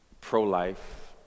pro-life